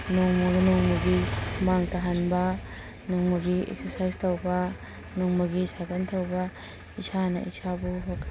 ꯅꯣꯡꯃ ꯅꯣꯡꯃꯒꯤ ꯍꯨꯃꯥꯡ ꯇꯥꯍꯟꯕ ꯅꯣꯡꯃꯒꯤ ꯑꯦꯛꯁꯔꯁꯥꯏꯁ ꯇꯧꯕ ꯅꯣꯡꯃꯒꯤ ꯁꯥꯏꯀꯜ ꯊꯧꯕ ꯏꯁꯥꯅ ꯏꯁꯥꯕꯨ